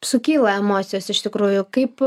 sukyla emocijos iš tikrųjų kaip